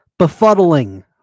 befuddling